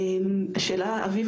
אביב,